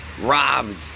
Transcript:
robbed